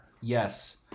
Yes